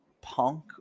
Punk